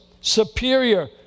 superior